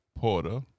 porter